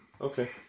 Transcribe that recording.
Okay